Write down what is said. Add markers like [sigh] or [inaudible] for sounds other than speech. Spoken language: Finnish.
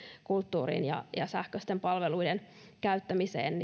kulttuuriin ja ja sähköisten palveluiden käyttämiseen [unintelligible]